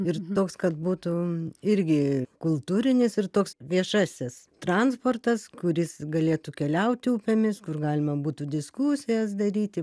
ir toks kad būtų irgi kultūrinis ir toks viešasis transportas kuris galėtų keliauti upėmis kur galima būtų diskusijas daryti